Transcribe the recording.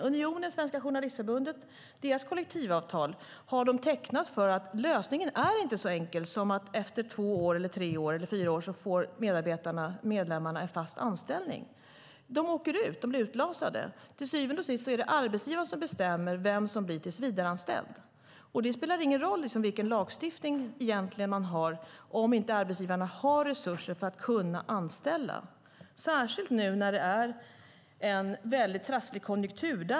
Unionen och Journalistförbundet har tecknat sina kollektivavtal som de gjort, eftersom lösningen inte är så enkel som att medarbetarna, medlemmarna, efter två, tre eller fyra år får fast anställning. De åker ut. De blir utlasade. Det är arbetsgivaren som till syvende och sist bestämmer vem som blir tillsvidareanställd. Det spelar egentligen ingen roll vilken lagstiftning vi har om arbetsgivarna inte har resurser att kunna anställa, särskilt nu när det är en trasslig konjunktur.